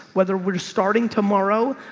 whether we're starting tomorrow,